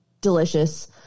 Delicious